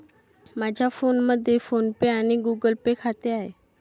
माझ्या फोनमध्ये PhonePe आणि गुगल पे खाते आहे